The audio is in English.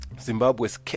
Zimbabwe's